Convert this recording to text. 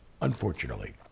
unfortunately